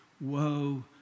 Woe